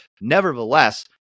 nevertheless